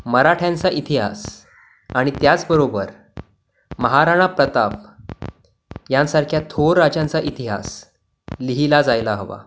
मराठ्यांचा इतिहास आणि त्याचबरोबर महाराणा प्रताप यांसारख्या थोर राजांचा इतिहास लिहिला जायला हवा